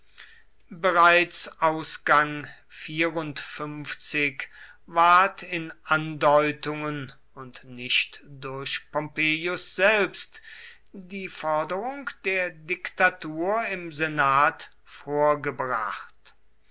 bereits ausgang ward in andeutungen und nicht durch pompeius selbst die forderung der diktatur im senat vorgebracht